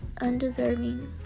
undeserving